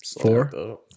Four